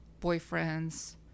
boyfriends